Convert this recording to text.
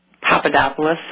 Papadopoulos